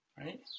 Right